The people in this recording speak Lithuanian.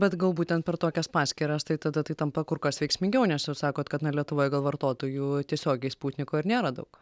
bet gal būtent per tokias paskyras tai tada tai tampa kur kas veiksmingiau nes jūs sakot kad na lietuvoje gal vartotojų tiesiogiai sputniko ir nėra daug